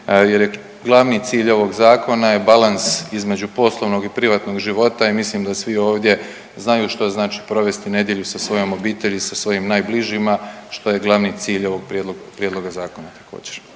jer je glavni cilj ovog zakona je balans između poslovnog i privatnog života i mislim da svi ovdje znači šta znači provesti nedjelju sa svojom obitelji, sa svojim najbližima što je glavni cilj ovog prijedloga zakona.